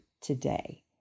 today